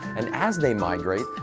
and as they migrate,